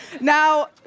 Now